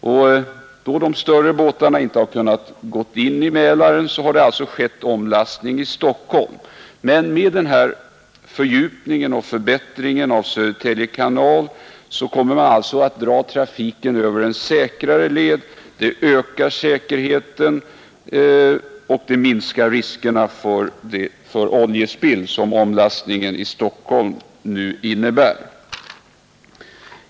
Och då de större båtarna inte har kunnat gå in i Mälaren har det alltså skett omlastning i Stockholm, men med denna fördjupning och förbättring av Södertälje kanal kommer man alltså att dra trafiken över en säkrare led. Det ökar säkerheten och minskar riskerna för oljespill som omlastningen i Stockholm nu innebär.